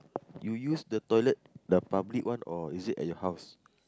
you use the toilet the public one or is it at your house